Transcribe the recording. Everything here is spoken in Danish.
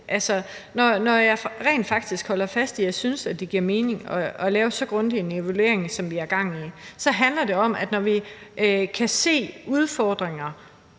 Når jeg rent faktisk holder fast i, at jeg synes, det giver mening at lave så grundig en evaluering, som vi har gang i, så handler det om, at vi kan se udfordringer,